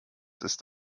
ist